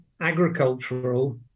agricultural